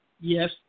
Yes